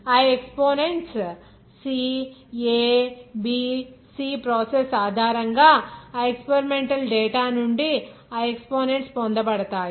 ఆ exponents C a b c process ఆధారంగా ఆ ఎక్స్పెరిమెంటల్ డేటా నుండి ఆ ఎక్సపోనెంట్స్ పొందబడతాయి